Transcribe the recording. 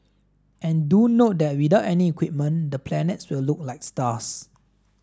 and do note that without any equipment the planets will look like stars